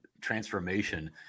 transformation